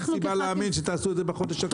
אין סיבה להאמין שתעשו את זה בחודש הקרוב.